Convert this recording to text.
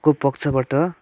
को पक्षबाट